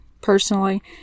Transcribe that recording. personally